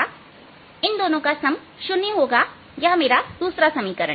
और इन दोनों का सम 0 होगा यह मेरा दूसरा समीकरण है